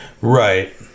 Right